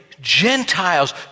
Gentiles